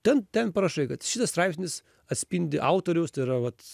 ten ten parašai kad šitas straipsnis atspindi autoriaus tai yra vat